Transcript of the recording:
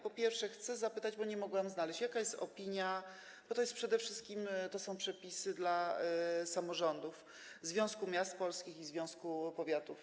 Po pierwsze, chcę zapytać, bo nie mogłam tego znaleźć, jaka jest opinia, bo przede wszystkim to są przepisy dotyczące samorządów, Związku Miast Polskich i związku powiatów.